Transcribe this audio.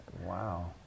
Wow